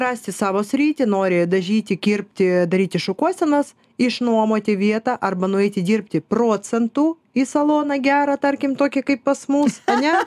rasti savo sritį nori dažyti kirpti daryti šukuosenas išnuomoti vietą arba nueiti dirbti procentų į saloną gerą tarkim tokį kaip pas mus ane